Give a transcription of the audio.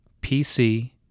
PC